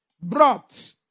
brought